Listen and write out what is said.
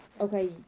okay